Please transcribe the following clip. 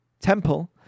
temple